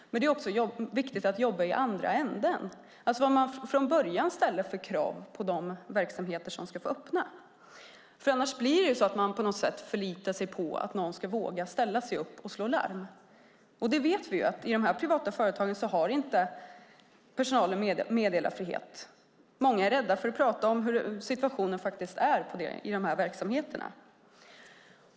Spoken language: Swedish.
Men det är också viktigt att jobba i andra ändan, alltså när det gäller vilka krav som man från början ställer på de verksamheter som ska få öppna. Annars blir det så att man på något sätt förlitar sig på att någon ska våga ställa sig upp och slå larm. Men vi vet att personalen i dessa privata företag inte har meddelarfrihet. Många är rädda för att prata om hur situationen faktiskt är i dessa verksamheter.